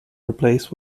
replaced